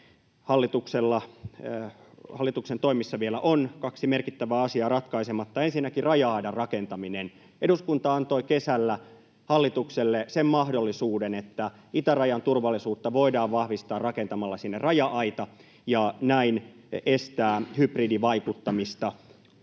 hallituksen toimissa vielä on, kaksi merkittävää asiaa ratkaisematta. Ensinnäkin raja-aidan rakentaminen: Eduskunta antoi kesällä hallitukselle sen mahdollisuuden, että itärajan turvallisuutta voidaan vahvistaa rakentamalla sinne raja-aita ja näin estää hybridivaikuttamista.